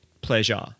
pleasure